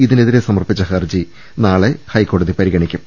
ഇതിനെതിരെ സമർപ്പിച്ച ഹർജി തിങ്കളാഴ്ച ഹൈക്കോടതി പരിഗണിക്കും